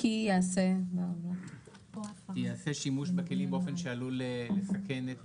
כי ייעשה שימוש בכלים באופן שעלול לסכן את